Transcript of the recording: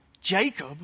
Jacob